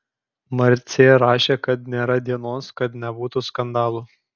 marcė rašė kad nėra dienos kad nebūtų skandalų